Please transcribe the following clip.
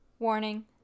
Warning